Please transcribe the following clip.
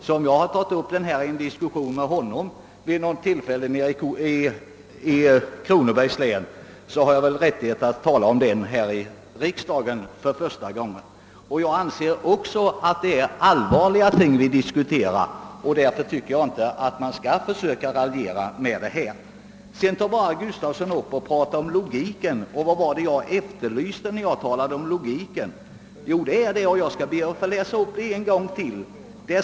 Även om jag har tagit upp denna fråga vid något tillfälle i en diskussion med honom i Kronobergs län, har jag väl rättighet att tala om den här i riksdagen för första gången. Jag anser också att det är allvarliga ting vi diskuterar. Därför tycker jag inte att man skall försöka raljera med dem. Herr Gustavsson i Alvesta talar sedan om logik. Vad var det jag efterlyste när jag talade om logik? Jag ber att få läsa upp det en gång till.